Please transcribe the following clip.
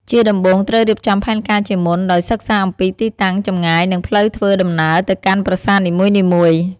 ជាដំបូងត្រូវរៀបចំផែនការជាមុន ដោយសិក្សាអំពីទីតាំង ចម្ងាយ និងផ្លូវធ្វើដំណើរទៅកាន់ប្រាសាទនីមួយៗ។